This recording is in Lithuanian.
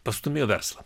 pastūmėjo verslą